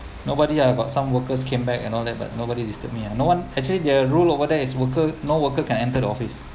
nobody ah I got some workers came back and all that but nobody disturb me ah no one actually their rule over there is worker no worker can enter the office